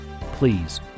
Please